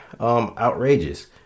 outrageous